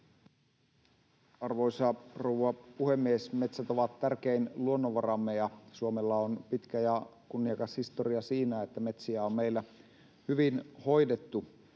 Arvoisa rouva puhemies! Metsät ovat tärkein luonnonvaramme, ja Suomella on pitkä ja kunniakas historia siinä, että metsiä on meillä hyvin hoidettu.